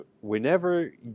whenever